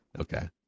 Okay